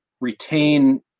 retain